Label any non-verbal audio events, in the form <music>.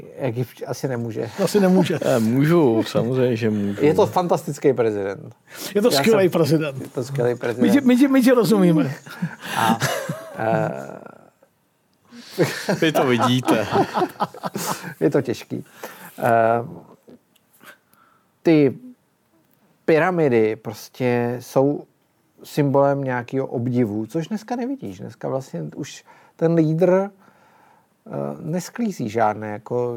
Egypt asi nemůže. Asi nemůže. <laughs> Eh, můžu, samozřejmě, že můžu. Je to fantastický prezident. Je to Já skvělý jsem- prezident. Je to skvělý My prezident. tě- my tě- my tě rozumíme. A, <laughs> eh, Vy to vidíte. <laughs> Je to těžký. Eh, ty pyramidy prostě jsou symbolem nějakého obdivu, což dneska nevidíš. Dneska vlastně už ten lídr, eh, nesklízí žádné jako